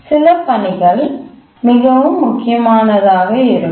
சில பணிகள் மிகவும் முக்கியமானதாக இருக்கும்